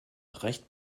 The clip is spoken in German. recht